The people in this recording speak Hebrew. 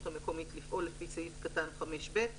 המקומית לפעול לפי סעיף קטן (5)(ב)"